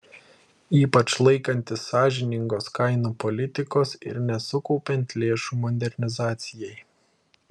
ypač laikantis sąžiningos kainų politikos ir nesukaupiant lėšų modernizacijai